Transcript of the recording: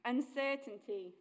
Uncertainty